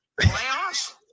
Playoffs